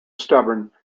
stubborn